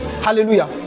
hallelujah